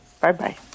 Bye-bye